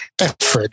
effort